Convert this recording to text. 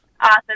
Awesome